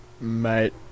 Mate